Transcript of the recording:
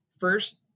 first